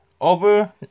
Over